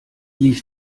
lief